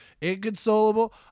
inconsolable